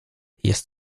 jest